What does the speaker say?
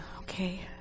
Okay